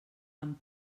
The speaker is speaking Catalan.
amb